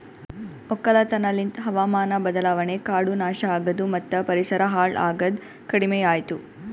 ಒಕ್ಕಲತನ ಲಿಂತ್ ಹಾವಾಮಾನ ಬದಲಾವಣೆ, ಕಾಡು ನಾಶ ಆಗದು ಮತ್ತ ಪರಿಸರ ಹಾಳ್ ಆಗದ್ ಕಡಿಮಿಯಾತು